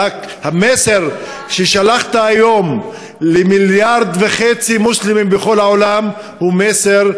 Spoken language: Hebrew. רק המסר ששלחת היום למיליארד וחצי מוסלמים בכל העולם הוא מסר חיובי.